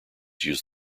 use